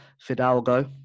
fidalgo